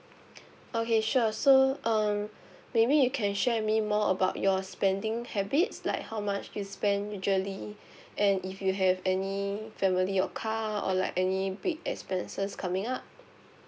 okay sure so um maybe you can share with me more about your spending habits like how much you spend usually and if you have any family or car or like any big expenses coming up